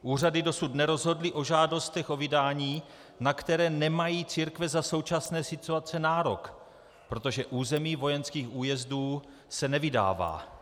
Úřady dosud nerozhodly o žádostech o vydání, na které nemají církve za současné situace nárok, protože území vojenských újezdů se nevydává.